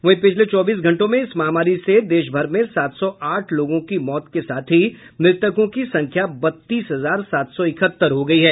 वहीं पिछले चौबीस घंटों में इस महामारी से सात सौ आठ लोगों की मौत के साथ ही मृतकों की संख्या बत्तीस हजार सात सौ इकहत्तर हो गयी है